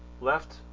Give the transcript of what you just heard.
left